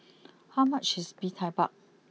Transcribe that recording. how much is Mee Tai Mak